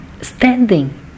standing